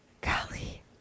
Golly